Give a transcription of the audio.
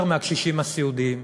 יותר מהקשישים הסיעודיים.